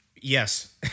Yes